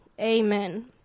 Amen